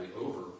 over